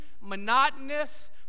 monotonous